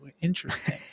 interesting